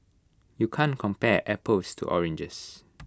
you can't compare apples to oranges